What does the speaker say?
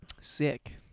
Sick